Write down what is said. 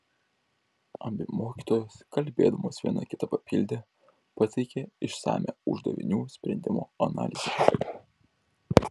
abi mokytojos kalbėdamos viena kitą papildė pateikė išsamią uždavinių sprendimo analizę